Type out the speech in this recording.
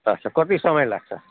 आच्छा कति समय लाग्छ